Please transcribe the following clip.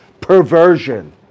perversion